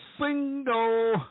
single